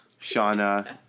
Shauna